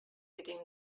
within